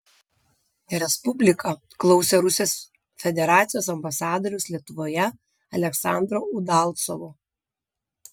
respublika klausė rusijos federacijos ambasadoriaus lietuvoje aleksandro udalcovo